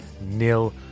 nil